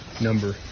number